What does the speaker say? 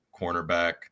cornerback